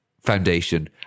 foundation